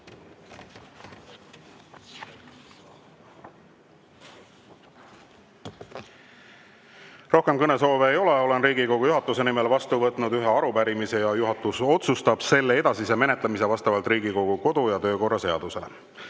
Rohkem kõnesoove ei ole. Olen Riigikogu juhatuse nimel vastu võtnud ühe arupärimise ja juhatus otsustab selle edasise menetlemise vastavalt Riigikogu kodu‑ ja töökorra seadusele.